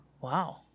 Wow